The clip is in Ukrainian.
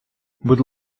будь